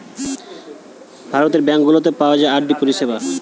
ভারতের ব্যাঙ্ক গুলাতে পাওয়া যায় আর.ডি পরিষেবা